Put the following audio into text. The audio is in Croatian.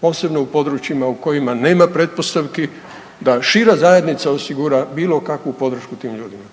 posebno u područjima u kojima nema pretpostavki da šira zajednica osigura bilo kakvu podršku tim ljudima.